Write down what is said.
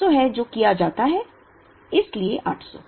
800 है जो किया जाता है इसलिए 800